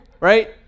Right